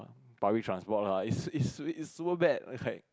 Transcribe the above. public transport lah it's it's it's super bad like